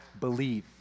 Believe